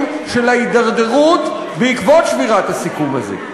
של ההתדרדרות בעקבות שבירת הסיכום הזה.